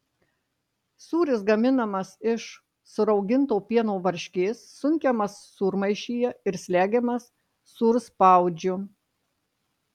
sūris gaminamas iš surauginto pieno varškės sunkiamas sūrmaišyje ir slegiamas sūrspaudžiu